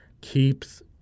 keeps